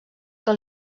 que